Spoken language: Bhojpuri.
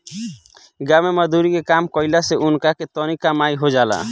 गाँव मे मजदुरी के काम कईला से उनका के तनी कमाई हो जाला